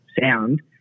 sound